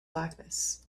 blackness